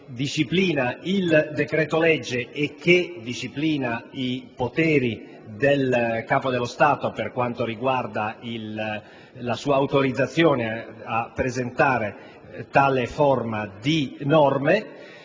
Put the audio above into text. disciplinano il decreto-legge e i poteri del Capo dello Stato per quanto riguarda la sua autorizzazione a presentare tale forma di norme),